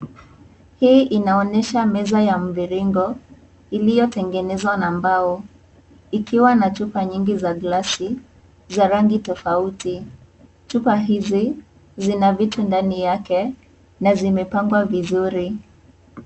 Hii inaonesha meza ya mviringo iliyotengezwa na mbao ikiwa na chupa nyingi za glasi za rangi tofauti. Chupa hizi zinavitu ndani yake na zimepangwa vizuri.